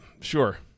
Sure